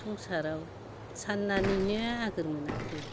संसाराव साननानैनो आगोर मोनाखै